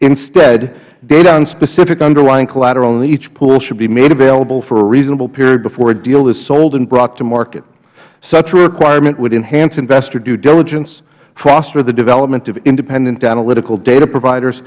instead data on specific underlying collateral in each pool should be made available for a reasonable period before a deal is sold and brought to market such a requirement would enhance investor due diligence foster the development of independent analytical data providers